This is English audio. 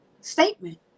statement